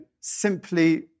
simply